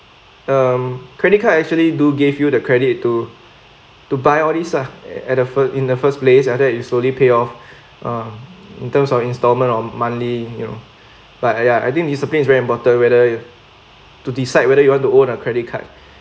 um credit card actually do gave you the credit to to buy all these lah at the first in the first place after that you slowly pay off uh in terms of instalment on monthly you know but ya I think discipline is very important whether to decide whether you want to own a credit card